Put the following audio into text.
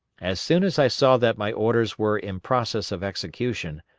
as soon as i saw that my orders were in process of execution,